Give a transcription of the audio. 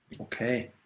Okay